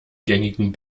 gängigen